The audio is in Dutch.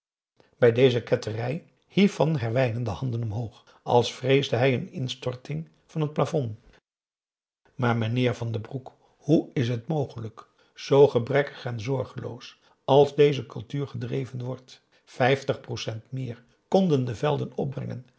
bij deze ketterij hief van herwijnen de handen omhoog als vreesde hij een instorting van het plafond maar meneer van den broek hoe is het mogelijk zoo gebrekkig en zorgeloos als deze cultuur gedreven wordt vijftig procent meer konden de velden opbrengen